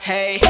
Hey